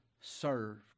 served